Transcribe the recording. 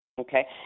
Okay